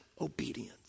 obedience